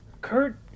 Kurt